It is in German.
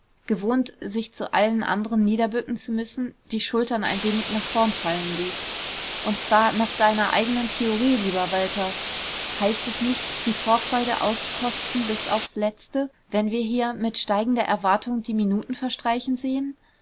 gewohnt sich zu allen anderen niederbücken zu müssen die schultern ein wenig nach vorn fallen ließ und zwar nach deiner eigenen theorie lieber walter heißt es nicht die vorfreude auskosten bis aufs letzte wenn wir hier in steigender erwartung die minuten verstreichen sehen